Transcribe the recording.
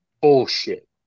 bullshit